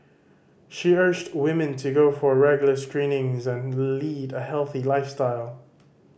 she urged women to go for regular screenings and lead a healthy lifestyle